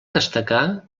destacar